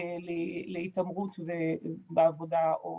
להתעמרות בעבודה או